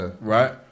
Right